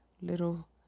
little